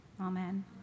Amen